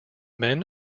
men